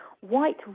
white